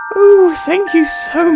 thank you so um